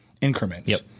increments